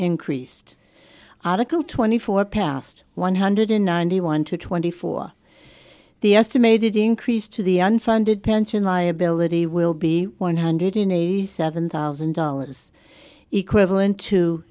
increased article twenty four passed one hundred ninety one to twenty four the estimated increase to the unfunded pension liability will be one hundred eighty seven thousand dollars equivalent to